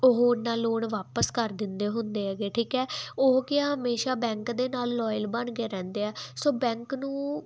ਉਹ ਉੱਨਾ ਲੋਨ ਵਾਪਸ ਕਰ ਦਿੰਦੇ ਹੁੰਦੇ ਹੈਗੇ ਠੀਕ ਐ ਉਹ ਕੀ ਆ ਹਮੇਸ਼ਾ ਬੈਂਕ ਦੇ ਨਾਲ ਲੋਇਲ ਬਣ ਕੇ ਰਹਿੰਦੇ ਆ ਸੋ ਬੈਂਕ ਨੂੰ